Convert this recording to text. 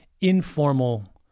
informal